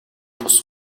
бус